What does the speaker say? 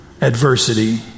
adversity